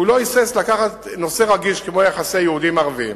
כי הוא לא היסס לקחת נושא רגיש כמו יחסי יהודים-ערבים,